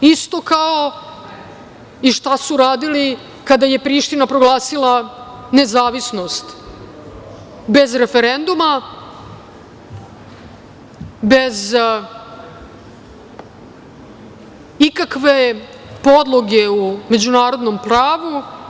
Isto kao i šta su radili kada je Priština proglasila nezavisnost bez referenduma, bez ikakve podloge u međunarodnom pravu.